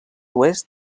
oest